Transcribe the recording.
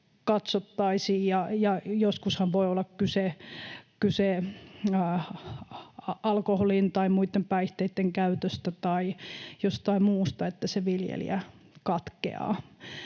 Joskushan voi olla kyse alkoholin tai muitten päihteitten käytöstä tai jostain muusta, niin että se viljelijä katkeaa.